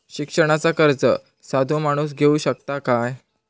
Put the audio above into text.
शिक्षणाचा कर्ज साधो माणूस घेऊ शकता काय?